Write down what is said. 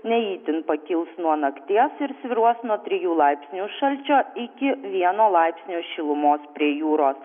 ne itin pakils nuo nakties ir svyruos nuo trijų laipsnių šalčio iki vieno laipsnio šilumos prie jūros